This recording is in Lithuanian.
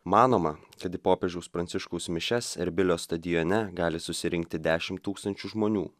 manoma kad į popiežiaus pranciškaus mišias erbilio stadione gali susirinkti dešimt tūkstančių žmonių